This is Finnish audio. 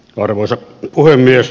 arvoisa puhemies